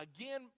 Again